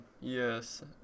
Yes